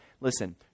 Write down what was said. listen